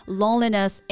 loneliness